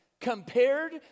Compared